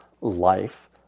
life